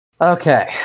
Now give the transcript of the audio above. Okay